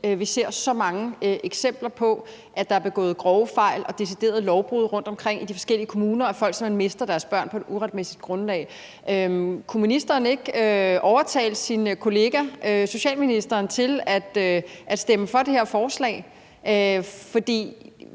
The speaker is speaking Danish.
vi ser så mange eksempler på, at der er begået grove fejl og decideret lovbrud rundtomkring i de forskellige kommuner, og at folk simpelt hen mister deres børn på et uretmæssigt grundlag. Kunne ministeren ikke overtale sin kollega socialministeren til at stemme for det her forslag? For